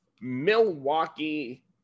Milwaukee